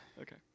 okay